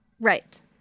Right